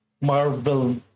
Marvel